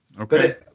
Okay